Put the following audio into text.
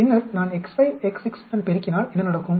பின்னர் நான் x5 x6 உடன் பெருக்கினால் என்ன நடக்கும்